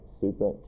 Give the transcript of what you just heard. super